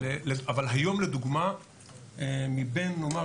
אבל היום לדוגמה מבין נאמר,